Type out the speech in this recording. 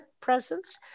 presence